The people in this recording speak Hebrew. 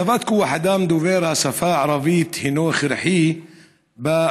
הצבת כוח אדם דובר השפה הערבית היא הכרחית בעמדות